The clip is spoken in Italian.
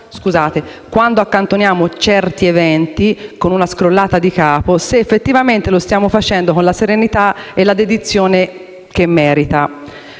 quando accantoniamo certi eventi con una scrollata di capo, se effettivamente lo stiamo facendo con la serenità e la dedizione che meritano.